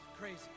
crazy